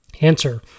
Answer